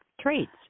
traits